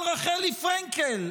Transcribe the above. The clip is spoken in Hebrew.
על רחלי פרנקל,